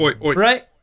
Right